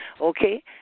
Okay